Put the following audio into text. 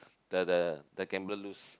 the the the gambler lose